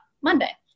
Monday